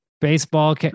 Baseball